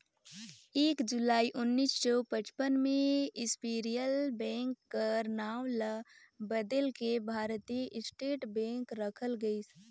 एक जुलाई उन्नीस सौ पचपन में इम्पीरियल बेंक कर नांव ल बलेद के भारतीय स्टेट बेंक रखल गइस